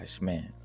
man